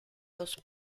dos